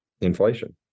inflation